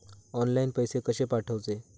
Online पैसे कशे पाठवचे?